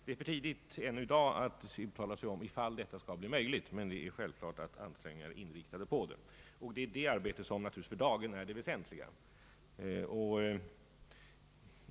Det är för tidigt att nu uttala sig om ifall detta skall bli möjligt, men självklart är ansträngningarna inriktade härpå. Det är naturligtvis detta arbete som för dagen är det väsentliga.